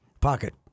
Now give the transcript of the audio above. Pocket